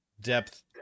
depth